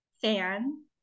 fan